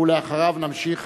ולאחריו נמשיך